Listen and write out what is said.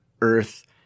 Earth